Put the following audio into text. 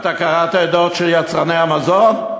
אתה קראת את דוח יצרני המזון,